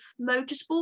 motorsport